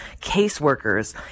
caseworkers